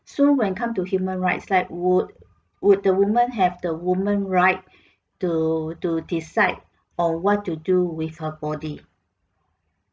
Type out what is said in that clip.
so when come to human rights like would would the women have the woman right to to decide on what to do with her body